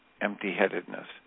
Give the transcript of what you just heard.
empty-headedness